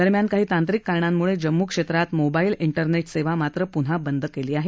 दरम्यान काही तांत्रिक कारणांमुळे जम्मू क्षेत्रात मोबाईल इंटरनेट सेवा मात्र प्न्हा बंद केली आहे